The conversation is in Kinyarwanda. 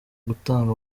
gutanga